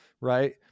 Right